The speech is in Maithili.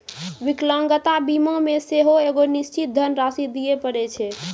विकलांगता बीमा मे सेहो एगो निश्चित धन राशि दिये पड़ै छै